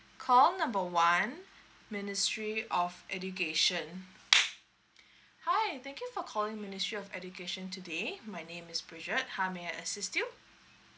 call number one ministry of education hi thank you for calling ministry of education today my name is bridget how may I assist you